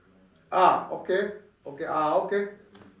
ah okay okay ah okay